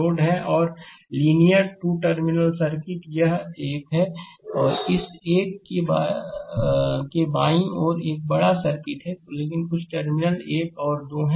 और linear 2 terminal circuit यह एक है इस एक के बाईं ओर एक बड़ा सर्किट है लेकिन कुछ टर्मिनल 1 और 2 है